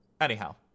Anyhow